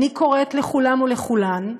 אני קוראת לכולם ולכולן,